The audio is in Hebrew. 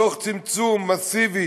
תוך צמצום מסיבי